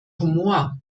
humor